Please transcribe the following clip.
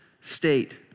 state